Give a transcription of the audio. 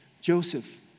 Joseph